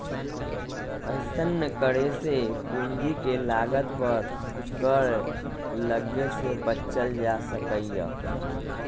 अइसन्न करे से पूंजी के लागत पर कर लग्गे से बच्चल जा सकइय